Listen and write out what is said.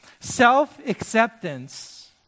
Self-acceptance